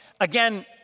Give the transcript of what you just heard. again